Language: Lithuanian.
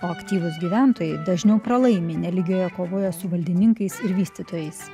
o aktyvūs gyventojai dažniau pralaimi nelygioje kovoje su valdininkais ir vystytojais